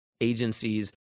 agencies